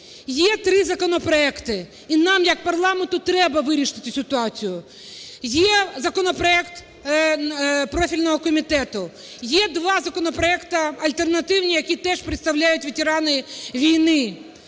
Є три законопроекти і нам як парламенту треба вирішити цю ситуацію. Є законопроект профільного комітету, є два законопроекти альтернативні, які теж представляють ветерани війни.